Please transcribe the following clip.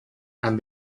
and